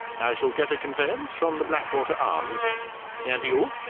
i shall get a conveyance from the blackwater arms and you?